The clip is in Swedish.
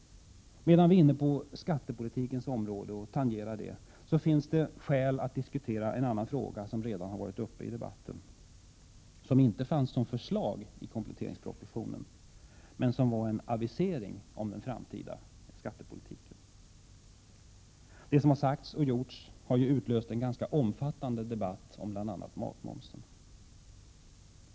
Medan jag tangerar skattepolitikens område finns det skäl att beröra en fråga som redan varit uppe i debatten. Därvidlag fanns inte något förslag i kompletteringspropositionen, men det förekom en avisering i fråga om den framtida skattepolitiken. Det som sagts och gjorts har ju utlöst en ganska omfattande debatt om bl.a. matmomsen.